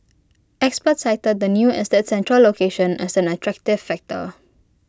experts cited the new estate's central location as an attractive factor